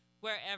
wherever